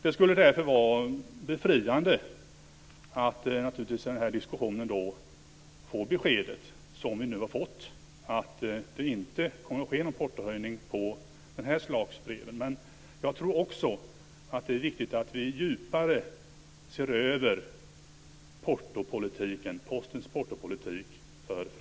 Det är därför naturligtvis befriande att i den här diskussionen få det besked som vi nu har fått, att det inte kommer att ske någon portohöjning för den här sortens brev, men jag tror också att det är viktigt att vi djupare ser över